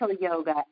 yoga